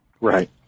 Right